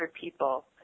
people